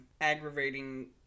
aggravating